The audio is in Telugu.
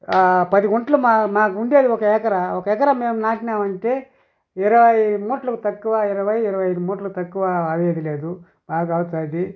పది గుంట్లు మా మాకుండేది ఒక ఎకరా ఒక ఎకరా మేం నాటినామంటే ఇరవై మూట్లు తక్కువా ఇరవై ఇరవై ఐదు మూట్లు తక్కువా అయ్యేది లేదు బాగ అవుతాది